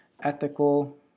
Ethical